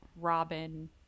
Robin